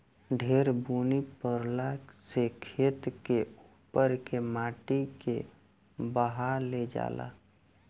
ढेर बुनी परला से खेत के उपर के माटी के बहा ले जाला